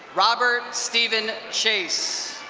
robert steven chase.